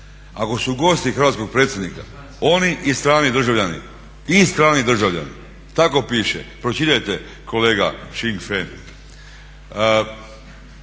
Ako su gosti hrvatskog predsjednika, oni i strani državljani tako piše pročitajte kolega …/Govornik